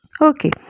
okay